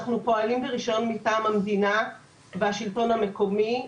אנחנו פועלים ברישיון מטעם המדינה והשלטון המקומי.